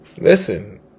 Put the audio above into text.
listen